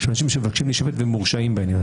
שאנשים שמבקשים להישפט ומורשעים בעניין הזה.